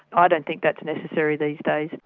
ah don't think that's necessary these days.